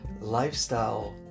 Lifestyle